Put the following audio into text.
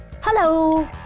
Hello